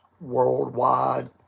worldwide